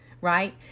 right